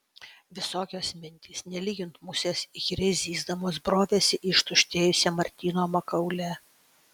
visokios mintys nelyginant musės įkyriai zyzdamos brovėsi į ištuštėjusią martyno makaulę